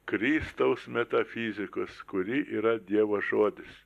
kristaus metafizikos kuri yra dievo žodis